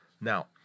Now